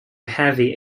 heavy